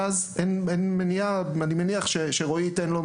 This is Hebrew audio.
ואז אין מניעה אני מניח שרועי ייתן לו,